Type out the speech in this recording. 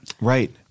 Right